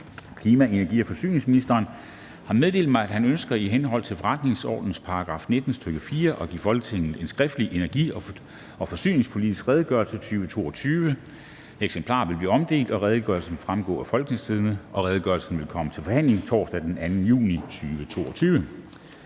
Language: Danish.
Klima-, energi- og forsyningsministeren (Dan Jørgensen) har meddelt mig, at han ønsker i henhold til forretningsordenens § 19, stk. 4, at give Folketinget en skriftlig Energi- og forsyningspolitisk redegørelse 2022. (Redegørelse nr. 19). Eksemplarer vil blive omdelt, og redegørelsen vil fremgå af www.folketingstidende.dk. Redegørelsen vil komme til forhandling torsdag den 2. juni 2022.